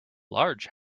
large